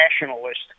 nationalist